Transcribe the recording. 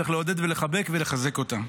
צריך לעודד ולחבק ולחזק אותם.